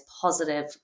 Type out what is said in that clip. positive